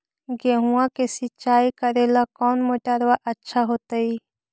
गेहुआ के सिंचाई करेला कौन मोटरबा अच्छा होतई?